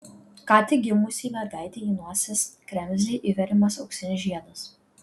ką tik gimusiai mergaitei į nosies kremzlę įveriamas auksinis žiedas